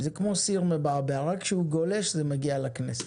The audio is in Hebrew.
זה כמו סיר מבעבע, רק שהוא גולש זה מגיע לכנסת,